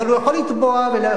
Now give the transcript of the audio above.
אבל הוא יכול לתבוע ולהפסיד,